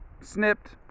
snipped